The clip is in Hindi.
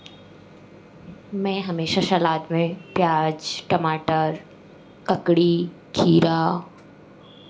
मैं हमेशा सलाद में प्याज़ टमाटर ककड़ी खीरा